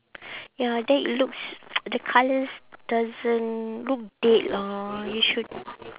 ya then it looks the colours doesn't look dead lah you should